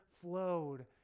flowed